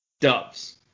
Doves